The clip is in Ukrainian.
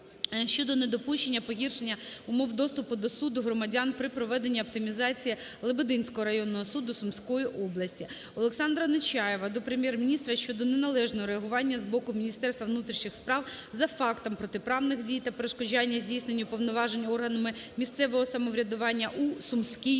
щодо недопущення погіршення умов доступу до суду громадян при проведенні оптимізації Лебединського районного суду Сумської області. Олександра Нечаєва до Прем'єр-міністра щодо неналежного реагування з боку Міністерства внутрішніх справ України за фактами протиправних дій та перешкоджання здійсненню повноважень органами місцевого самоврядування у Сумській області.